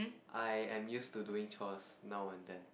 I am used to doing chores now and then